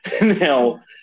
Now